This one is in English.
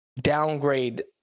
downgrade